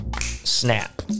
snap